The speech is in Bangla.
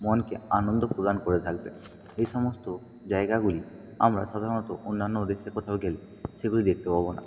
মনকে আনন্দ প্রদান করে থাকবে এই সমস্ত জায়গাগুলি আমরা সাধারণত অন্যান্য দেশে কোথাও গেলে সেগুলি দেখতে পাব না